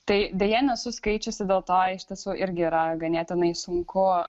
tai deja nesu skaičiusi dėl to iš tiesų irgi yra ganėtinai sunku